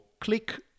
click